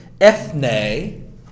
Ethne